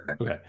Okay